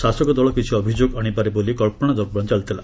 ଶାସକ ଦଳ କିଛି ଅଭିଯୋଗ ଆଣିପାରେ ବୋଲି କଚ୍ଚନାଜଚ୍ଚନା ଚାଲିଥିଲା